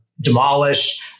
demolished